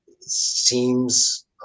seems